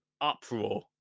uproar